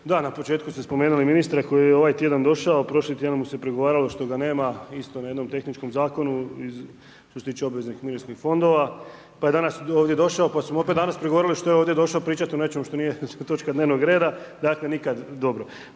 da na početku ste spomenuli ministra koji je ovaj tj. došao, a prošli tj. mu se prigovaralo što ga nema, isto na jednom tehničkom zakona, što se tiče obveznih mirovinskih fondova. Pa je danas ovdje došao, pa smo mu opet danas ovdje došao pričati o nečemu što nije točka dnevnog reda, dakle, nikada dobro.